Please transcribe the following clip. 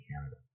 Canada